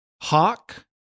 hawk